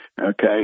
Okay